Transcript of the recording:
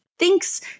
Thinks